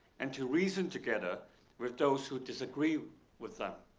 and to reason together with those who disagree with that.